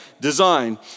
design